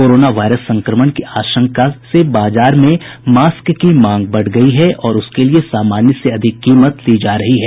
corona virus संक्रमण की आशंका में बाजार में मास्क की मांग बढ़ी है और उसके लिए सामान्य से अधिक कीमत ली जा रही है